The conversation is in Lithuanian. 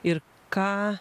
ir ką